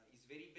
is very